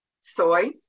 soy